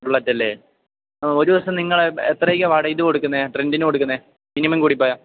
bullet അല്ലേ ആ ഒരു ദിവസം നിങ്ങൾ എത്രയ്ക്കാണ് ഇത് വാടകയ്ക്ക് കൊടുക്കുന്നത് റെൻ്റിന് കൊടുക്കുന്നത് മിനിമം കൂടിപ്പോയാൽ